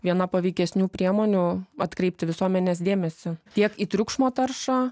viena paveikesnių priemonių atkreipti visuomenės dėmesį tiek į triukšmo taršą